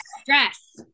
Stress